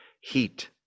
heat